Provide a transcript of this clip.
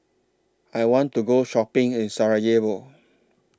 I want to Go Shopping in Sarajevo